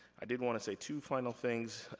i did wanna say two final things.